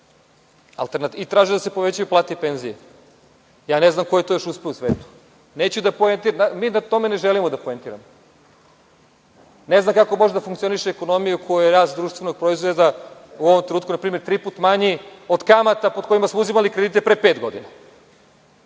i traže da se povećaju plate i penzije. Ja ne znam ko je to još uspeo u svetu. Mi na tome ne želimo da poentiramo. Ne znam kako može da funkcioniše ekonomija u kojoj je rast društvenog proizvoda u ovom trenutku npr. tri puta manji od kamata pod kojima smo uzimali kredite pre pet godina?